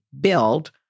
build